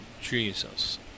Jesus